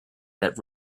that